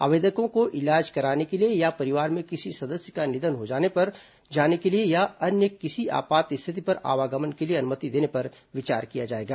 आवेदकों को इलाज कराने के लिए या परिवार में किसी सदस्य का निधन होने पर जाने के लिए या अन्य किसी आपात स्थिति पर आवागमन के लिए अनुमति देने पर विचार किया जाएगा